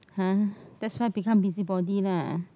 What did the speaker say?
!huh! that's why become busy body lah